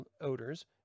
odors